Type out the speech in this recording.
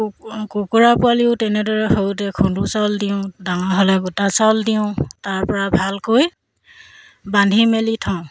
কুকুৰা পোৱালিও তেনেদৰে সৰুতে খুন্দু চাউল দিওঁ ডাঙৰ হ'লে গোটা চাউল দিওঁ তাৰপৰা ভালকৈ বান্ধি মেলি থওঁ